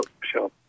sure